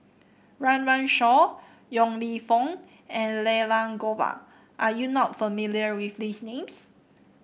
Run Run Shaw Yong Lew Foong and Elangovan are you not familiar with these names